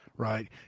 Right